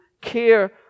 care